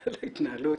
על ההתנהלות,